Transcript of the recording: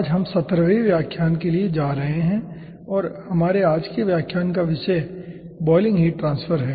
आज हम सत्रहवें व्याख्यान के लिए जा रहे हैं और हमारे आज के व्याख्यान का विषय बॉयलिंग हीट ट्रांसफर है